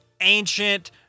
ancient